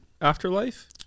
Afterlife